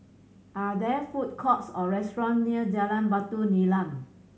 are there food courts or restaurant near Jalan Batu Nilam